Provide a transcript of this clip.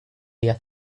día